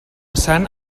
sant